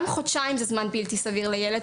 גם חודשיים זה זמן בלתי סביר לילד,